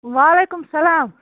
وعلیکُم سلام